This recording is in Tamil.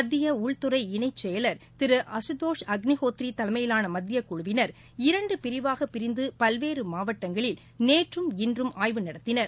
மத்திய உள்துறை இணைச் செயலர் திரு அசுதோஷ் அக்ளிஹோத்ரி தலைமையிலான மத்தியக் குழுவினர் இரண்டு பிரிவாக பிரிந்து பல்வேறு மாவட்டங்களில் நேற்றும் இன்றும் ஆய்வு நடத்தினர்